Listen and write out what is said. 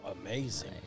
amazing